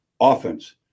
offense